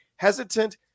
hesitant